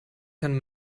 ten